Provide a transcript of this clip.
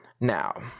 Now